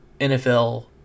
NFL